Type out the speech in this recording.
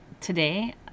today